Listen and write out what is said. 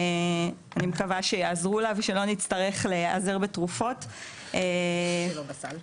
אני מקווה שיעזרו לה ושלא נצטרך להיעזר בתרופות שלא בסל.